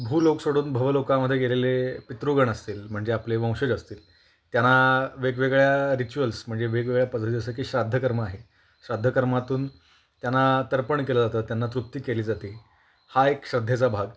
भू लोक सोडून भवलोकामध्ये गेलेले पितृगण असतील म्हणजे आपले वंशज असतील त्यांना वेगवेगळ्या रिच्युअल्स म्हणजे वेगवेगळ्या पद्धती जसं की श्राद्धकर्म आहे श्राद्धकर्मातून त्यांना तर्पण केलं जातं त्यांना तृप्ती केली जाते हा एक श्रद्धेचा भाग